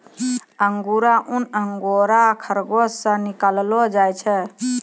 अंगुरा ऊन अंगोरा खरगोस से निकाललो जाय छै